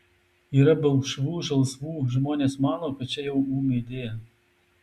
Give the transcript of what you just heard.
yra balkšvų žalsvų žmonės mano kad čia jau ūmėdė